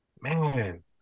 man